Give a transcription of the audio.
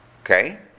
Okay